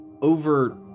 over